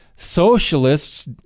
socialists